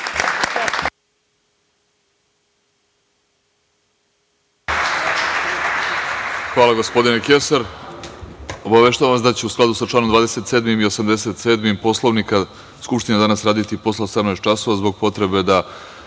Hvala, gospodine Kesar. Obaveštavam vas da će u skladu sa članom 27. i 87. Poslovnika, Skupština danas raditi posle 18.00 časova zbog potrebe da